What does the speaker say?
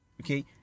okay